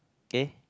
K